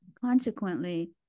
consequently